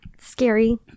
scary